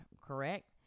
correct